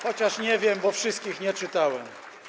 Chociaż nie wiem, bo wszystkich nie czytałem.